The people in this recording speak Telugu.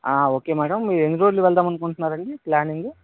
ఆ ఓకే మేడం మీరు ఎన్నిరోజులు వెళదామనుకుంటున్నారండి ప్లానింగ్ గు